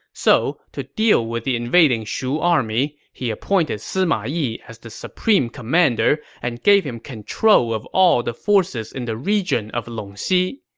so to deal with the invading shu army, he appointed sima yi as the supreme commander and gave him control of all the forces in the region of longxi.